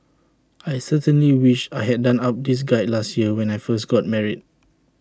I certainly wish I had done up this guide last year when I first got married